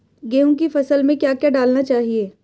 गेहूँ की फसल में क्या क्या डालना चाहिए?